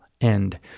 end